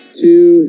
two